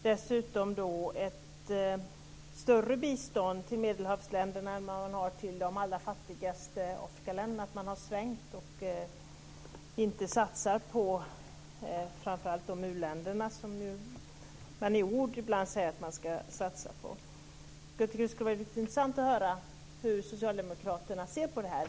Dessutom ger EU ett större bistånd till Medelhavsländerna än till de allra fattigaste Afrikaländerna. Man har svängt, och satsar inte på framför allt de u-länder som man i ord ibland säger att man ska satsa på. Det skulle vara intressant att höra hur Socialdemokraterna ser på detta.